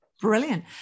Brilliant